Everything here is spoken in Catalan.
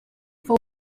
fou